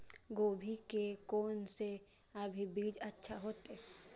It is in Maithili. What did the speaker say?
गोभी के कोन से अभी बीज अच्छा होते?